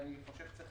אני חושב שצריך